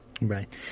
Right